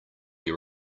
your